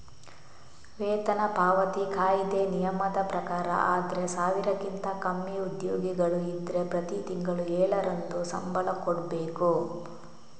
ವೇತನ ಪಾವತಿ ಕಾಯಿದೆ ನಿಯಮದ ಪ್ರಕಾರ ಆದ್ರೆ ಸಾವಿರಕ್ಕಿಂತ ಕಮ್ಮಿ ಉದ್ಯೋಗಿಗಳು ಇದ್ರೆ ಪ್ರತಿ ತಿಂಗಳು ಏಳರಂದು ಸಂಬಳ ಕೊಡ್ಬೇಕು